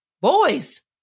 boys